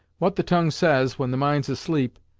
what the tongue says when the mind's asleep,